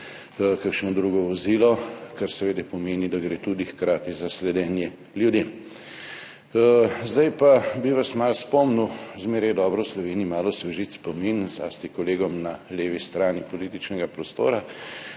kakšno drugo vozilo, kar seveda pomeni, da gre tudi hkrati za sledenje ljudem. Zdaj pa bi vas malo spomnil, zmeraj je dobro v Sloveniji malo osvežiti spomin, zlasti kolegom na levi strani političnega prostora,